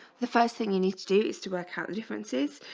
the first thing you need to do is to work out the differences,